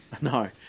no